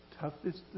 toughest